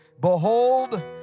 Behold